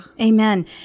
Amen